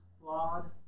flawed